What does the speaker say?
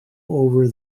over